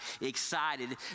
excited